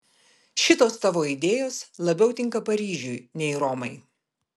šitos tavo idėjos labiau tinka paryžiui nei romai